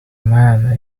man